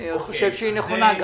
חושב שהיא נכונה.